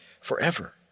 forever